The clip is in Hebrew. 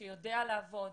שיודע לעבוד,